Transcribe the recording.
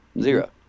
zero